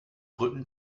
brücken